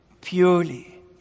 purely